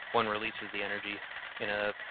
one releases the energy in a